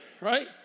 right